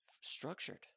structured